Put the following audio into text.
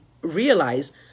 realize